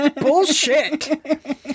Bullshit